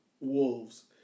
Wolves